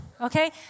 Okay